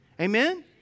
Amen